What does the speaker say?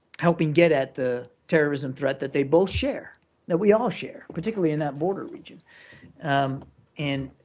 helping get at the terrorism threat that they both share that we all share, particularly in that border region um in